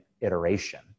iteration